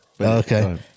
Okay